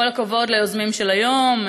כל הכבוד ליוזמים של היום,